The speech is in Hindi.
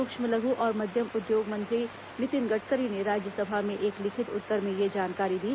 सूक्ष्म लघु और मध्यम उद्योग मंत्री नितिन गडकरी ने राज्यसभा में एक लिखित उत्तर में यह जानकारी दी